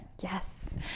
Yes